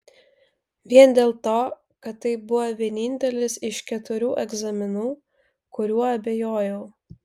vien dėl to kad tai buvo vienintelis iš keturių egzaminų kuriuo abejojau